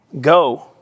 Go